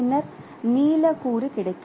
பின்னர் நீல கூறு கிடைக்கும்